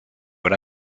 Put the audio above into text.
what